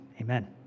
Amen